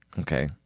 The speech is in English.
Okay